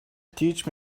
teach